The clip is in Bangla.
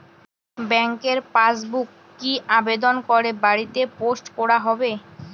ব্যাংকের পাসবুক কি আবেদন করে বাড়িতে পোস্ট করা হবে?